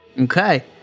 Okay